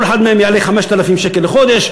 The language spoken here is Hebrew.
כל אחד מהם יעלה 5,000 שקל לחודש,